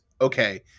okay